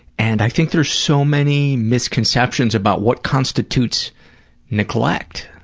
and i think there's so many misconceptions about what constitutes neglect,